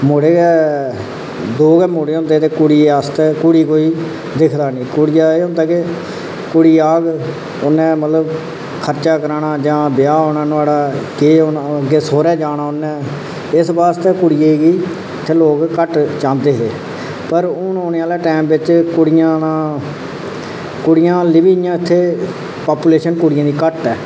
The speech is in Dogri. मुड़े दौं गै मुड़े होंदे ते कुड़ियें आस्तै कुड़ी कोई दिखदा नेईं कुड़ियें दा एह् होंदा कि कुड़ी आह्ग उन्नै मतलब खर्चा कराना जां ब्याह् होना नुहाड़ा केह् होना अग्गै सौह्रे जाना उन्नै इस बास्तै इत्थै लोक कुड़ियै गी घट्ट चाहंदे हे पर हून औने आह्ले टाईम बिच कुड़ियां तां कुड़ियां हल्ली बी हून इं'या इत्थै पॉपुलेशन कुड़ियें दी घट्ट ऐ